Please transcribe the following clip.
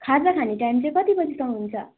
खाजा खाने टाइम चाहिँ कति बजीसम्म हुन्छ